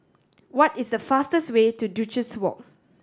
what is the fastest way to Duchess Walk